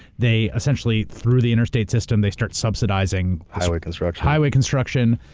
they essentially through the interstate system they start subsidizing. highway construction. highway construction.